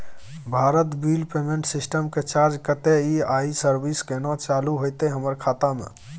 Bharat bill payment system के charge कत्ते इ आ इ सर्विस केना चालू होतै हमर खाता म?